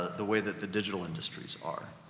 the way that the digital industries are.